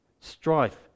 strife